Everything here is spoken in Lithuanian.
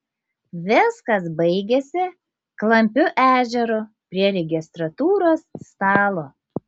viskas baigėsi klampiu ežeru prie registratūros stalo